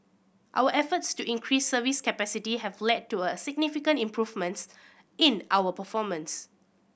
our efforts to increase service capacity have led to a significant improvements in our performance